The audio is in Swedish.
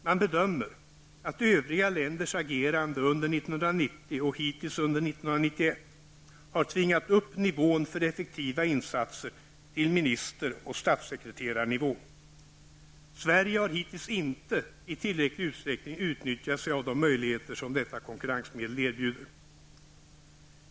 Man bedömer, att övriga länders agerande under 1990 och hittills under 1991 har tvingat upp nivån för effektiva insatser till minister och statssekreterarnivå. Sverige har hittills inte i tillräcklig utsträckning utnyttjat de möjligheter som detta konkurrensmedel erbjuder.